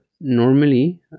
normally